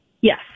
Yes